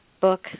book